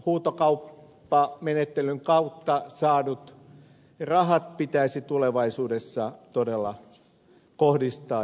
päästökaupasta huutokauppamenettelyn kautta saadut rahat pitäisi tulevaisuudessa todella kohdistaa ilmastonmuutoksen hillitsemiseen